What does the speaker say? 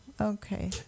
okay